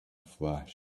flash